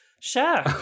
Sure